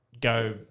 go